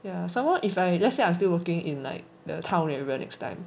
yeah somemore if I let's say I'm still working in like the town area next time